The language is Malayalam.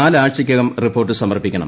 നാല് ആഴ്ചക്കകം റിപ്പോർട്ട് സമർപ്പിക്കണം